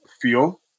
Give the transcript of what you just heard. feel